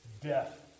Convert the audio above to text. Death